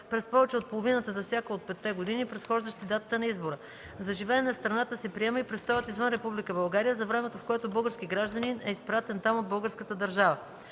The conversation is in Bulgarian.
през повече от половината за всяка от петте години, предхождащи датата на избора. За живеене в страната се приема и престоят извън Република България за времето, в което български гражданин е изпратен там от българската държава.